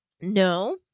No